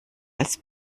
als